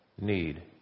need